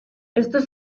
esto